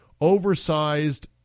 oversized